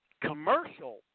commercial